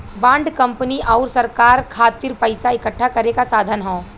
bond company आउर सरकार खातिर पइसा इकठ्ठा करे क साधन हौ